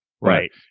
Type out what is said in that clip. right